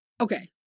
okay